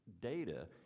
data